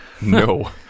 No